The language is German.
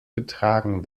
getragen